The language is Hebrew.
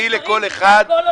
זה לא אותו דבר.